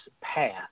path